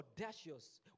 audacious